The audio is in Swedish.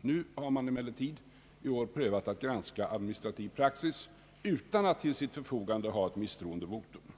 Nu har man emellertid i år prövat att granska administrativ praxis utan att till sitt förfogande ha ett misstroendevotum.